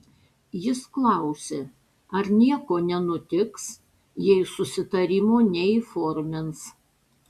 jis klausė ar nieko nenutiks jei susitarimo neįformins